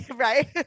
Right